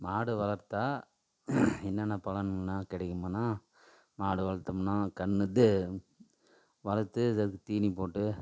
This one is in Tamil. மாடு வளர்த்தால் என்னென்ன பலன்னாம் கிடைக்குமுன்னா மாடு வளர்த்தோம்னா கன்று இது வளர்த்து இது அதுக்கு தீனி போட்டு